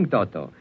Toto